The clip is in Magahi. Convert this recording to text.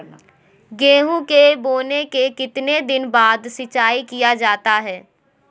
गेंहू के बोने के कितने दिन बाद सिंचाई किया जाता है?